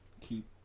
keep